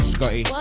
Scotty